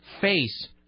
face